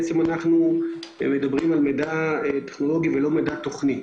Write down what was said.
אנחנו בעצם מדברים על מידע טכנולוגי ולא על מידע תוכני.